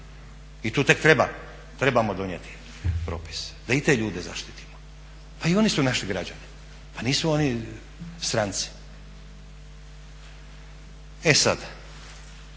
i tu tek trebamo donijeti propis da i te ljude zaštitimo. Pa i oni su naši građani, pa nisu oni stranci. E sad,